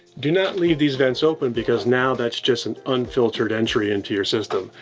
do not leave these vents open, because now, that's just an unfiltered entry into your system.